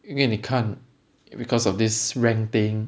因为你看 because of this rank thing